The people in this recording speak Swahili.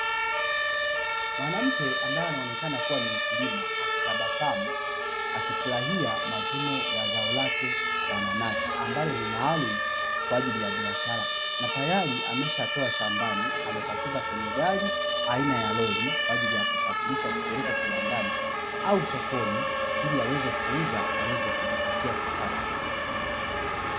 Mwanamke ambaye anaonekana ni mkulima akitabasamu akifurahi mavuno ya zao lake la nanasi, ambalo ni maalumu kwa ajili ya biashara. Tayari ameshatoa shambani na kupakiza kwenye gari aina ya lori kwa ajili ya kusafirisha kupelekwa kiwandani au sokoni ili awezekuuza ajipatie kipato.